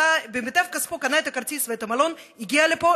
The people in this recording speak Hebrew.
במיטב כספו קנה את הכרטיס ואת המלון והגיע לפה,